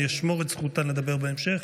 אני אשמור את זכותן לדבר בהמשך,